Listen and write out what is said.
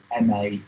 MA